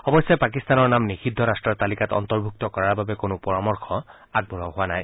অৱশ্যে পাকিস্তানৰ নাম নিষিদ্ধ ৰাষ্টৰ তালিকাত অন্তৰ্ভুক্ত কৰাৰ বাবে কোনো পৰামৰ্শ আগবঢ়োৱা হোৱা নাই